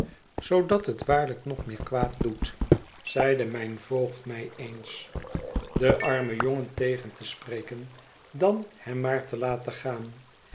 zoodat het waarlijk nog meer kwaad doet zeide mijn voogd mij eens den armen jongen tegen te spreken dan hem maar te laten begaan